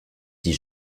dit